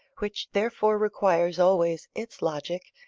which therefore requires always its logic,